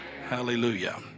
Hallelujah